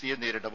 സിയെ നേരിടും